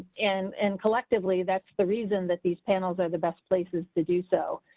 and and collectively, that's the reason that these panels are the best places to do. so,